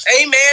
amen